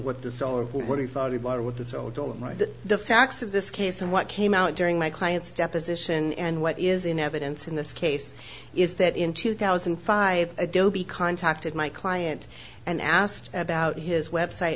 write that the facts of this case and what came out during my client's deposition and what is in evidence in this case is that in two thousand and five adobe contacted my client and asked about his website